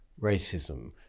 racism